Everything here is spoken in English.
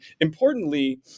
importantly